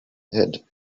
head